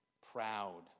proud